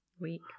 week